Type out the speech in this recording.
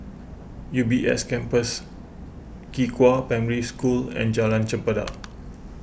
U B S Campus Qihua Primary School and Jalan Chempedak